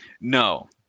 No